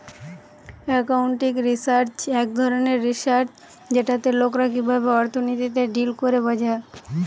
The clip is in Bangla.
একাউন্টিং রিসার্চ এক ধরণের রিসার্চ যেটাতে লোকরা কিভাবে অর্থনীতিতে ডিল করে বোঝা